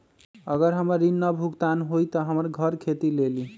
अगर हमर ऋण न भुगतान हुई त हमर घर खेती लेली?